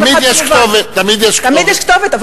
תמיד יש כתובת, תמיד יש כתובת.